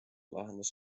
lahendus